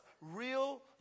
real